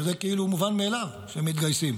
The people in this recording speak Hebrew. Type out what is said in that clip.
שזה כאילו מובן מאליו שהם מתגייסים,